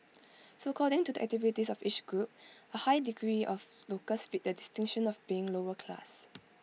so according to the activities of each group A high degree of locals fit the distinction of being lower class